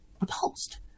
repulsed